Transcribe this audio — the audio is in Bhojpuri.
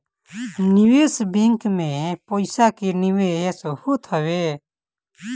निवेश बैंक में पईसा के निवेश होत हवे